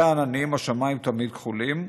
מאחורי העננים השמיים תמיד כחולים".